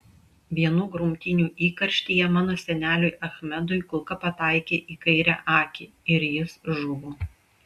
vienų grumtynių įkarštyje mano seneliui achmedui kulka pataikė į kairę akį ir jis žuvo